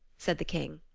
said the king.